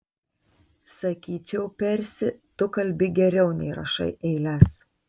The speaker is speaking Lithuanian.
sakyčiau persi tu kalbi geriau nei rašai eiles